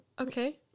Okay